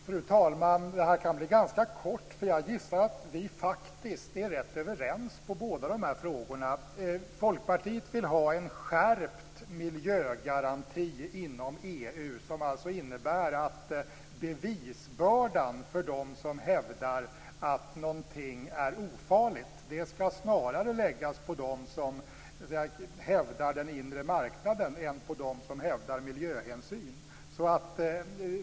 Fru talman! Det här kan bli kort, för jag gissar att vi faktiskt är rätt överens i dessa frågor. Folkpartiet vill ha en skärpt miljögaranti inom EU, som innebär att bevisbördan för dem som hävdar att någonting är ofarligt skall läggas på dem som hävdar den inre marknaden än på dem som hävdar miljöhänsyn.